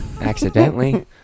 Accidentally